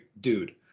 dude